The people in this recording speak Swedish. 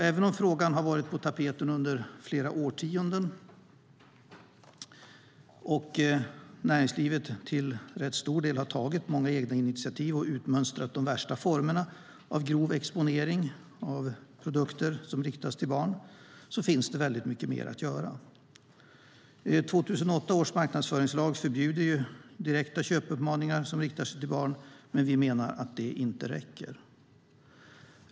Även om frågan har varit på tapeten under flera årtionden och näringslivet till rätt stor del har tagit många egna initiativ och utmönstrat de värsta formerna av grov exponering av produkter som riktas till barn finns det väldigt mycket mer att göra. 2008 års marknadsföringslag förbjuder direkta köpuppmaningar som riktar sig till barn, men vi menar att det inte räcker.